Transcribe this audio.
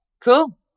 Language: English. cool